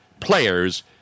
players